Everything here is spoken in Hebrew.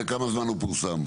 לכמה זמן הוא פורסם?